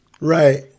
Right